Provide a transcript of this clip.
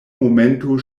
momento